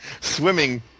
swimming